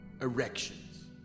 erections